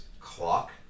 clock